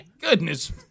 goodness